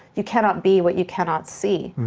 you cannot be what you cannot see.